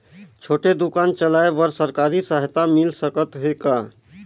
छोटे दुकान चलाय बर सरकारी सहायता मिल सकत हे का?